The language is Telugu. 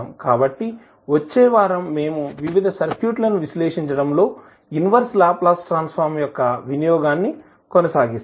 కాబట్టి వచ్చే వారం మేము వివిధ సర్క్యూట్లను విశ్లేషించడంలో ఇన్వర్స్ లాప్లాస్ ట్రాన్స్ ఫార్మ్ యొక్క వినియోగాన్ని కొనసాగిస్తాము